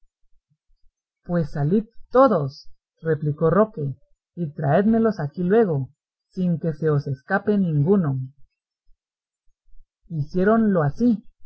pues salid todos replicó roque y traédmelos aquí luego sin que se os escape ninguno hiciéronlo así